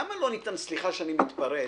למה לא ניתן סליחה שאני מתפרץ,